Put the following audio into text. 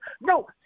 No